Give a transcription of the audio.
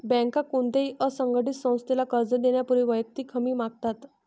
बँका कोणत्याही असंघटित संस्थेला कर्ज देण्यापूर्वी वैयक्तिक हमी मागतात